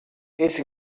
his